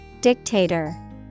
Dictator